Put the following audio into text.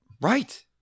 Right